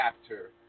chapter